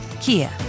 Kia